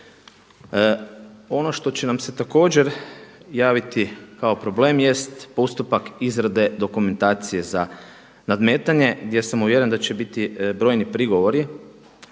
Ono što će nam se također javiti kao problem jest postupak izrade dokumentacije za nadmetanje gdje sam uvjeren da će biti brojni prigovori